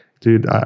Dude